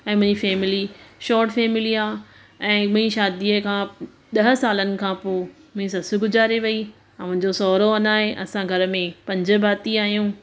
ऐं मुंहिंजी family short family आहे ऐं मुंहिंजी शादीअं खां ॾह सालनि खां पोइ मुंहिंजी ससु गुजारे वई ऐं मुंहिंजो सहुरो अञा आहे असां घर में पंज भाती आहियूं